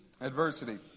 Adversity